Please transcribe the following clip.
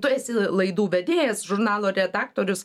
tu esi la laidų vedėjas žurnalo redaktorius